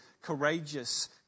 Courageous